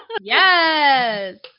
Yes